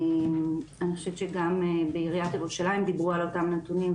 אני חושבת שגם בעיריית ירושלים דיברו על אותם הנתונים,